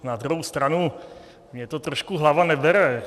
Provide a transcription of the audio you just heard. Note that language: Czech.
Na druhou stranu mně to trošku hlava nebere.